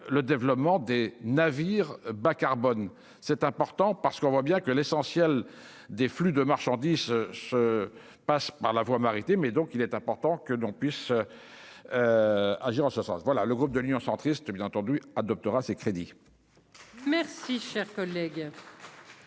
le développement des navires bas-carbone c'est important parce qu'on voit bien que l'essentiel des flux de marchandises se passe par la voie maritime, donc il est important que l'on puisse agir en ce sens, voilà le groupe de l'Union centriste bien entendu adoptera ces crédits. Merci, cher collègue.